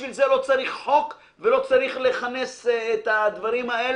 בשביל זה לא צריך חוק ולא צריך לכנס את הדברים האלה.